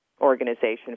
organization